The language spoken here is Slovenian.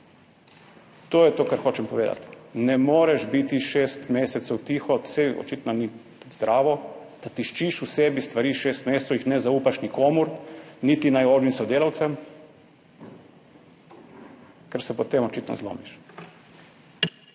To je to, kar hočem povedati, ne moreš biti šest mesecev tiho. Saj očitno ni zdravo, da tiščiš v sebi stvari, jih šest mesecev ne zaupaš nikomur, niti najožjim sodelavcem, ker se potem očitno zlomiš.